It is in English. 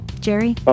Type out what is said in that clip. Jerry